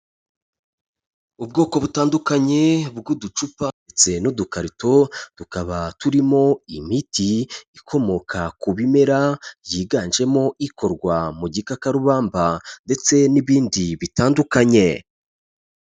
Ubwoko butandukanye bw'uducupa ndetse n'udukarito, tukaba turimo imiti ikomoka ku bimera, yiganjemo ikorwa mu gikakarubamba ndetse n'ibindi bitandukanye.